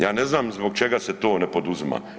Ja ne znam zbog čega se to ne poduzima.